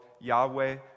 Yahweh